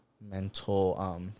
mental